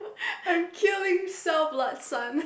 I'm killing cell blood son